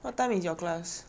what time is your class